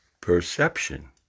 Perception